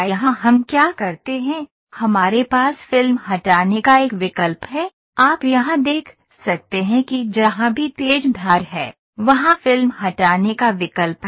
यहां हम क्या करते हैं हमारे पास फिल्म हटाने का एक विकल्प है आप यहां देख सकते हैं कि जहां भी तेज धार है वहां फिल्म हटाने का विकल्प है